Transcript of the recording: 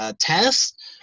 test